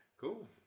Cool